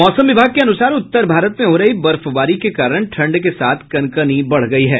मौसम विभाग के अनुसार उत्तर भारत में हो रही बर्फबारी के कारण ठंड के साथ कनकनी बढ़ गयी है